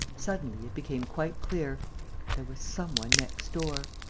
suddenly, it became quite clear there was some one next door.